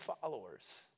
followers